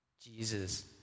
Jesus